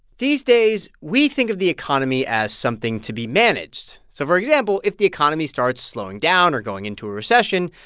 these days, we think of the economy as something to be managed. so, for example, if the economy starts slowing down or going into a recession,